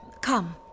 Come